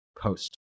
post